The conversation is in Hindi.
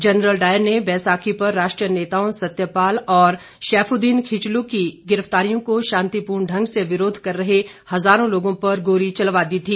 जनरल डायर ने बैसाखी पर राष्ट्रीय नेताओं सत्यपाल और शेफुदिन खिचलु की गिरफ्तारियों को शांतिपूर्वक ढ़ंग से विरोध कर रहे हजारों लोगों पर गोली चलवा दी थी